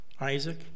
Isaac